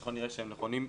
ככל הנראה שהם נכונים.